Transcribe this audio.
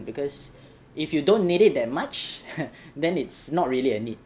because if you don't need it that much then it's not really a need